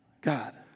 God